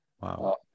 Wow